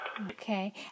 Okay